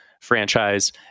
franchise